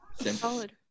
Solid